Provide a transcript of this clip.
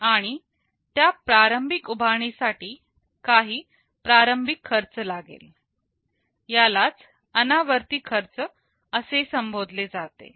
आणि त्या प्रारंभिक उभारणी साठी काही प्रारंभिक खर्च लागेल यालाच अनावर्ती खर्च असे संबोधले जाते